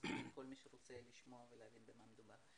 לדיון הזה את מי שרוצה לשמוע ולהבין במה מדובר.